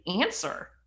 answer